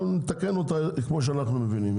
אנחנו נתקן אותה כמו שאנחנו מבינים,